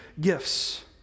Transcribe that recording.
gifts